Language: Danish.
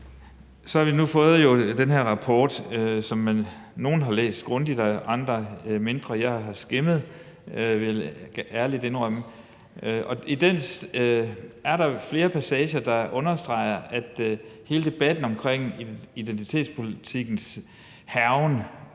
Så har vi jo nu fået den her rapport, som nogle har læst grundigt og andre mindre grundigt. Jeg har skimmet den, vil jeg ærligt indrømme. I den er der flere passager, der understreger, at hele debatten om identitetspolitikkens hærgen